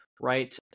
right